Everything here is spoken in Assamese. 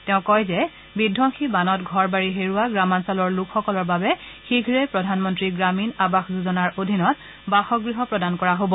তেওঁ কয় যে বিধবংসী বানত ঘৰ বাৰী হেৰুওৱা গ্ৰামাঞ্চলৰ লোকসকলৰ বাবে শীঘে প্ৰধানমন্তী গ্ৰামীণ আৱাস যোজনাৰ অধীনত বাসগৃহ প্ৰদান কৰা হব